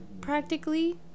practically